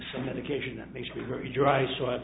some medication that makes me very dry so i